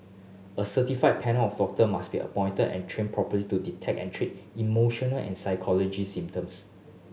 a certified panel of doctor must be appointed and trained properly to detect and treat emotional and symptoms